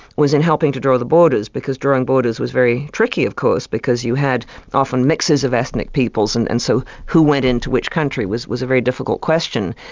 was in helping to draw the borders, because drawing borders was very tricky of course, because you had often mixes of ethnic peoples and and so who went into which country was a very difficult question.